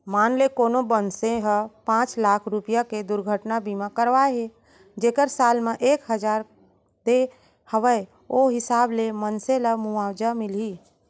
मान ले कोनो मनसे ह पॉंच लाख रूपया के दुरघटना बीमा करवाए हे जेकर साल म एक हजार दे हवय ओ हिसाब ले मनसे ल मुवाजा मिलही